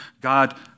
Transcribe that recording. God